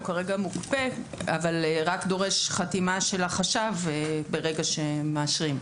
הוא כרגע מוקפא אבל רק דורש חתימה של החשב ברגע שמאשרים.